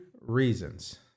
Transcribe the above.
reasons